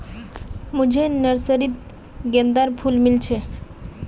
मुझे नर्सरी त गेंदार फूल मिल छे